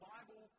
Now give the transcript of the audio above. Bible